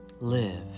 live